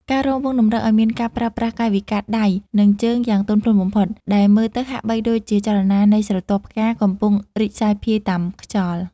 ការរាំវង់តម្រូវឱ្យមានការប្រើប្រាស់កាយវិការដៃ និងជើងយ៉ាងទន់ភ្លន់បំផុត ដែលមើលទៅហាក់បីដូចជាចលនានៃស្រទាប់ផ្កាកំពុងរីកសាយភាយតាមខ្យល់។